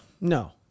No